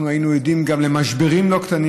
אנחנו היינו עדים גם למשברים לא קטנים